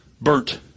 Burnt